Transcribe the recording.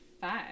five